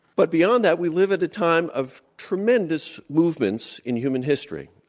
but beyond that, we live at a time of tremendous movements in human history.